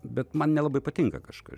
bet man nelabai patinka kažkas